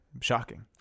Shocking